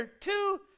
two